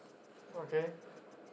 okay